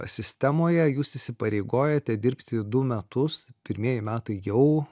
sistemoje jūs įsipareigojote dirbti du metus pirmieji metai jau